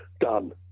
done